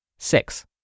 Six